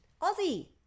Ozzy